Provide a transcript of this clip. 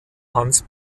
hans